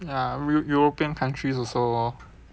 ya eu~ european countries also lor